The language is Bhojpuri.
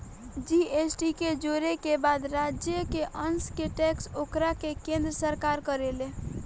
जी.एस.टी के जोड़े के बाद राज्य के अंस के टैक्स ओकरा के केन्द्र सरकार करेले